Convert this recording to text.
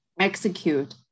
execute